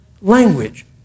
language